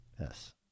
Yes